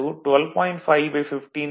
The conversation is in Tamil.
153 0